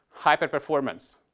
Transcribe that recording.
hyperperformance